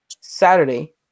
Saturday